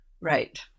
Right